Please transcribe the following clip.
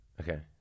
Okay